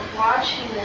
watching